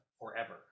forever